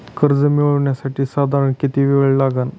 कर्ज मिळविण्यासाठी साधारण किती वेळ लागेल?